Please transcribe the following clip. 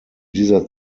dieser